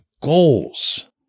goals